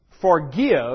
forgive